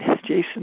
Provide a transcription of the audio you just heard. jason